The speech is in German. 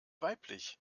weiblich